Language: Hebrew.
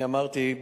אני אמרתי,